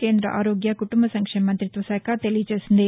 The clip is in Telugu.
కేంద్ర ఆరోగ్య కుంటుంబ సంక్షేమ మంతిత్వ శాఖ తెలియజేసింది